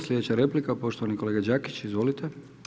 Slijedeća replika poštovani kolega Đakić, izvolite.